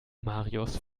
marius